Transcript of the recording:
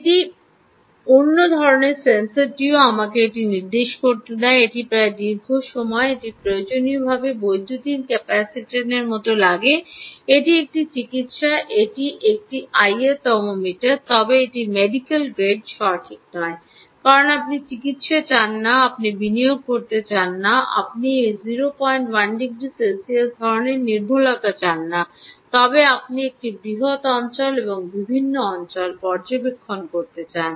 এটির অন্য ধরণের সেন্সরটিও আমাকে এটি নির্দেশ করতে দেয় এটি প্রায় দীর্ঘ সময় এটি প্রয়োজনীয়ভাবে বৈদ্যুতিন ক্যাপাসিটরের মতো লাগে এটি একটি চিকিত্সা এটি এটিও একটি আইআর থার্মোমিটার তবে এটি মেডিকেল গ্রেড সঠিক নয় কারণ আপনি চিকিত্সা চান না গ্রেড আপনি বিনিয়োগ করতে চান না আপনি এই 01 ডিগ্রি সেলসিয়াস ধরণের নির্ভুলতা চান না তবে আপনি একটি বৃহত অঞ্চল এবং বিভিন্ন অঞ্চল পর্যবেক্ষণ করতে চান